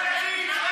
את הילדים.